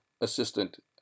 Assistant